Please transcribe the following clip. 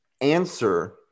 answer